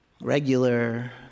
regular